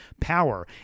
power